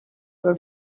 were